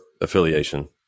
affiliation